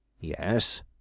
Yes